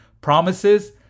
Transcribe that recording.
promises